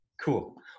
Cool